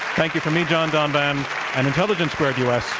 thank you from me, john donvan and intelligence squared u. s.